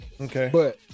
Okay